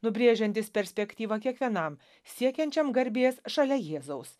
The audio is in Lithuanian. nubrėžiantis perspektyvą kiekvienam siekiančiam garbės šalia jėzaus